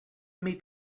meet